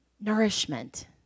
Nourishment